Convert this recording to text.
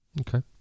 Okay